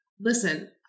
Listen